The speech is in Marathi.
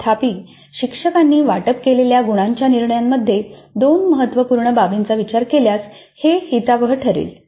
तथापि शिक्षकांनी वाटप केलेल्या गुणांच्या निर्णयामध्ये दोन महत्त्वपूर्ण बाबींचा विचार केल्यास ते हितावह ठरेल